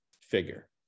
figure